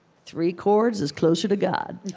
three chords is closer to god.